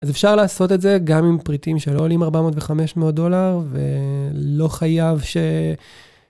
אז אפשר לעשות את זה, גם עם פריטים שלא עולים 400 ו- 500 דולר, ו...לא חייב ש...